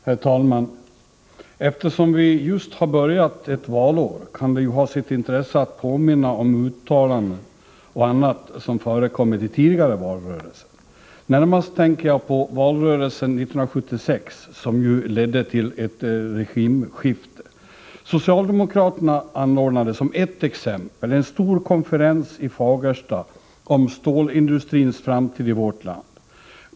Herr talman! Eftersom vi just har börjat ett valår, kan det ha sitt intresse att påminna om uttalanden och annat som förekommit i tidigare valrörelser. Närmast tänker jag på valrörelsen 1976, som ju ledde till ett regimskifte. Socialdemokraterna anordnade, som ett exempel, en stor konferens i Fagersta om stålindustrins framtid i vårt land.